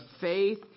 faith